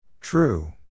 True